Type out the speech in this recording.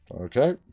okay